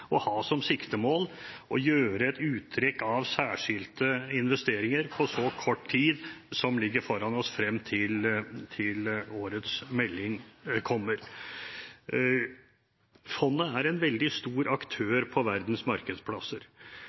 å ha som siktemål å gjøre et uttrekk av særskilte investeringer på den korte tiden som ligger foran oss frem til årets melding kommer. Fondet er en veldig stor aktør på verdens markedsplasser,